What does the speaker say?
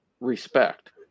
respect